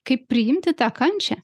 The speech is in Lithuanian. kaip priimti tą kančią